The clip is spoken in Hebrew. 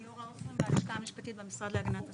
ליאורה עופרי, מהלשכה המשפטית במשרד להגנת הסביבה.